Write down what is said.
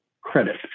credit